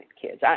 kids